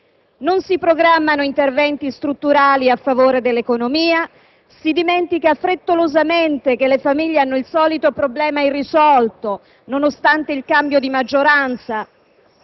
Non si programmano interventi strutturali a favore dell'economia, si dimentica frettolosamente che le famiglie hanno il solito problema irrisolto, nonostante il cambio di maggioranza,